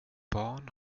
barn